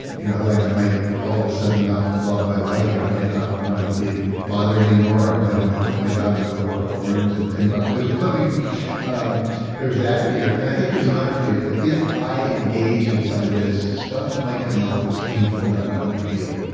you know like, i might all of a sudden not love my wife or i might not want to be a father anymore. i might want to quit my job and go grow worms in timbuktu. um there's that fear and i think there's another fear that if i engage in some of this, stuff might come up that's painful that i don't want to feel.